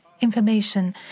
information